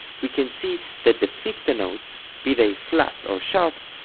we can see that the ficta notes, be they flats or sharps,